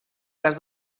cas